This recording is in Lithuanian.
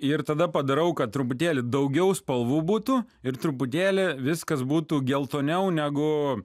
ir tada padarau kad truputėlį daugiau spalvų būtų ir truputėlį viskas būtų geltoniau negu